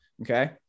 okay